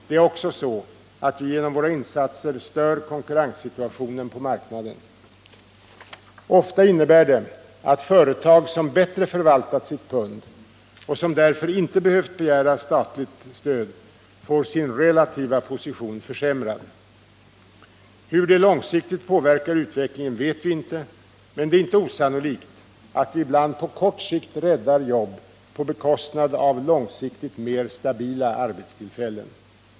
Det är också så att vi genom våra insatser stör konkurrenssituationen på marknaden. Ofta innebär det att företag som bättre förvaltat sitt pund och som därför inte behövt begära statligt stöd får sin relativa position försämrad. Hur det långsiktigt påverkar utvecklingen vet vi inte, men det är inte osannolikt att vi ibland på kort sikt räddar jobb på bekostnad av långsiktigt mer stabila arbetstillfällen.